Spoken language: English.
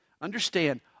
Understand